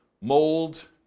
mold